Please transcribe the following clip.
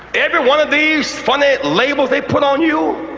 every one of these funny labels they put on you.